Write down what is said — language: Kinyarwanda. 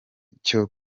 cyo